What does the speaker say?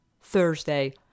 Thursday